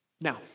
Now